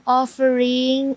offering